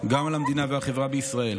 גם על המדינה והחברה בישראל,